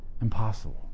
impossible